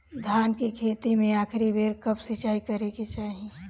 धान के खेती मे आखिरी बेर कब सिचाई करे के चाही?